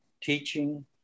teaching